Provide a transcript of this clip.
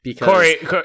Corey